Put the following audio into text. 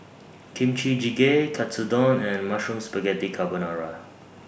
Kimchi Jjigae Katsudon and Mushroom Spaghetti Carbonara